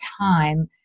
time